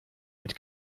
mit